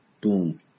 Boom